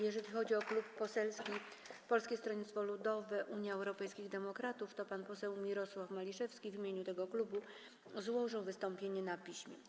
Jeżeli chodzi o Klub Poselski Polskiego Stronnictwa Ludowego - Unii Europejskich Demokratów, to pan poseł Mirosław Maliszewski złożył w imieniu tego klubu wystąpienie na piśmie.